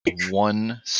one